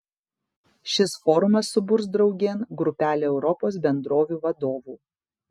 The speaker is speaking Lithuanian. šis forumas suburs draugėn grupelę europos bendrovių vadovų